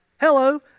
Hello